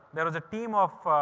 there was a team of,